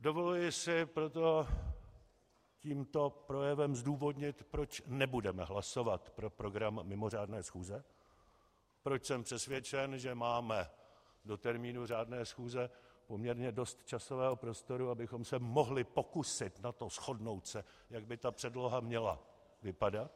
Dovoluji si proto tímto projevem zdůvodnit, proč nebudeme hlasovat pro program mimořádné schůze, proč jsem přesvědčen, že máme do termínu řádné schůze poměrně dost časového prostoru, abychom se mohli pokusit o to shodnout se, jak by ta předloha měla vypadat.